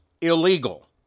illegal